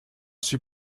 suis